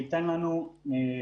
וייתן לנו מענה,